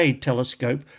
Telescope